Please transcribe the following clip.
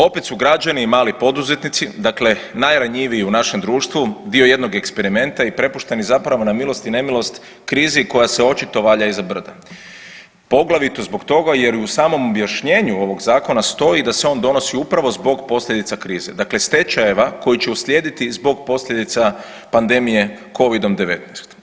Opet su građani i mali poduzetnici, dakle najranjiviji u našem društvu dio jednog eksperimenta i prepušteni zapravo na milost i nemilost krizi koja se očito valja iza brda poglavito i zbog toga jer i u samom objašnjenju ovog zakona stoji da se on donosi upravo zbog posljedica krize, dakle stečajeva koji će uslijediti zbog posljedica pandemije covidom 19.